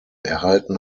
erhalten